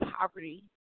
poverty